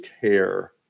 care